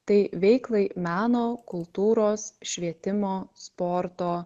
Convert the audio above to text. tai veiklai meno kultūros švietimo sporto